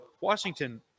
Washington